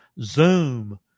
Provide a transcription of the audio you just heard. Zoom